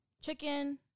chicken